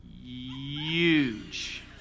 Huge